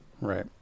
right